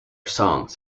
songs